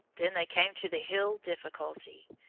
then they came to the hill difficulty.